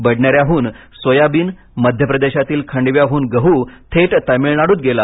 बडनेर्यापहून soyabean मध्यप्रदेशातील खंडव्याहून गहू थेट तमिळनाडूत गेला